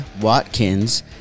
Watkins